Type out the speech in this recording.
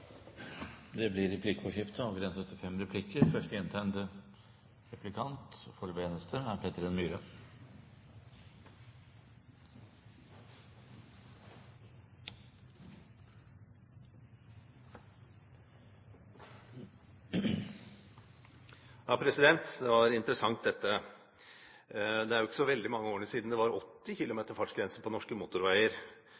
forslaget blir avvist av eit breitt fleirtal. Det blir replikkordskifte. Dette var interessant. Det er jo ikke så veldig mange år siden det var 80